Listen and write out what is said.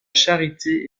charité